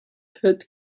head